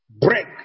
break